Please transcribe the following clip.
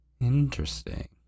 interesting